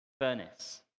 furnace